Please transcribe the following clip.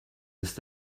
with